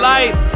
Life